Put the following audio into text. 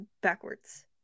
backwards